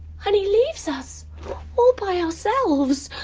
and he leaves us all by ourselves.